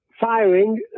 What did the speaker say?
firing